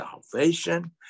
salvation